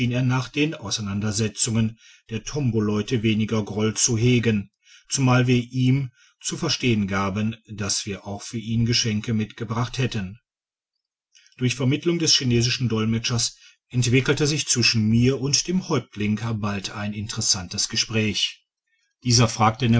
nach den auseinandersetzungen der tomboleute weniger groll zu hegen zumal wir ihm zu verstehen gaben das wir auch für ihn geschenke mitgebracht hätten durch vermittlung des chinesischen dolmetschers entwickelte sich zwischen mir und dem häuptling bald ein digitized by google interessantes gespräch dieser fragte